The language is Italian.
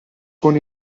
con